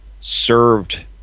served